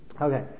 Okay